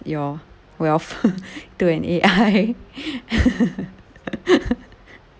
your wealth to an A_I